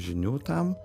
žinių tam